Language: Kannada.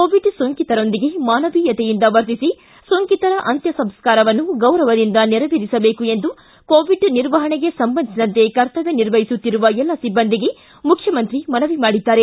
ಕೋವಿಡ್ ಸೋಂಕಿತರೊಂದಿಗೆ ಮಾನವೀಯತೆಯಿಂದ ವರ್ತಿಸಿ ಸೋಂಕಿತರ ಅಂತ್ಯ ಸಂಸ್ಕಾರವನ್ನು ಗೌರವದಿಂದ ನೆರವೇರಿಸಬೇಕು ಎಂದು ಕೋವಿಡ್ ನಿರ್ವಹಣೆಗೆ ಸಂಬಂಧಿಸಿದಂತೆ ಕರ್ತವ್ಹ ನಿರ್ವಹಿಸುತ್ತಿರುವ ಎಲ್ಲ ಸಿಬ್ಬಂದಿಗೆ ಮನವಿ ಮಾಡಿದ್ದಾರೆ